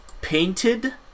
painted